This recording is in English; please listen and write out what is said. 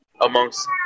amongst